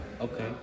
Okay